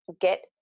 get